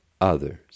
others